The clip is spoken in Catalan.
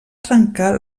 trencar